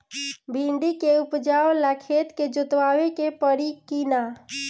भिंदी के उपजाव ला खेत के जोतावे के परी कि ना?